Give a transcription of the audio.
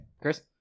Chris